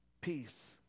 peace